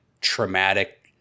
traumatic